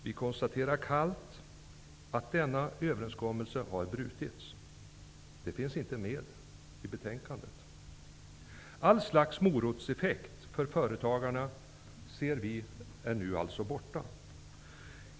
Vi konstaterar kallt att denna överenskommelse har brutits. Det finns inte med i betänkandet. Allt slags morotseffekt för företagarna är alltså nu borta.